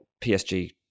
PSG